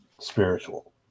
spiritual